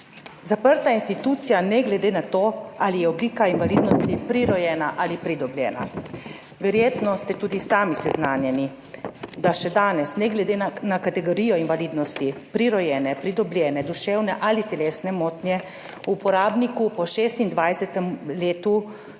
Zaprta institucija ne glede na to, ali je oblika invalidnosti prirojena ali pridobljena. Verjetno ste tudi sami seznanjeni, da še danes ne glede na kategorijo invalidnosti, prirojene, pridobljene duševne ali telesne motnje, uporabniku po 26. letu,